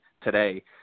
today